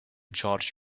charge